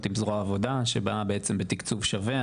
עם זרוע העבודה שבאה בעצם בתקצוב שווה,